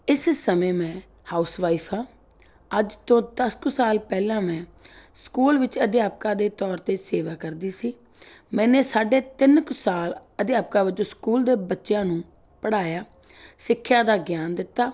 ਇਸ ਸਮੇੇਂ ਮੈਂ ਹਾਊਸਵਾਈਫ ਹਾਂ ਅੱਜ ਤੋਂ ਦਸ ਕੁ ਸਾਲ ਪਹਿਲਾਂ ਮੈਂ ਸਕੂਲ ਵਿੱਚ ਅਧਿਆਪਕਾਂ ਦੇ ਤੌਰ 'ਤੇ ਸੇਵਾ ਕਰਦੀ ਸੀ ਮੈਨੇ ਸਾਢੇ ਤਿੰਨ ਕੁ ਸਾਲ ਅਧਿਆਪਕਾ ਵਜੋਂ ਸਕੂਲ ਦੇ ਬੱਚਿਆਂ ਨੂੰ ਪੜ੍ਹਾਇਆ ਸਿੱਖਿਆ ਦਾ ਗਿਆਨ ਦਿੱਤਾ